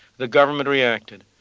the government reacted.